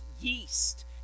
yeast